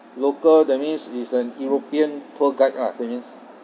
local that means is an european tour guide lah that means